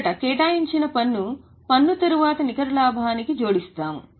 మొదట కేటాయించిన పన్ను పన్ను తరువాత నికర లాభానికి జోడిస్తాము